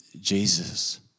Jesus